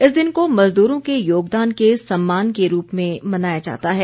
इस दिन को मजदूरों के योगदान के सम्मान के रूप में मनाया जाता है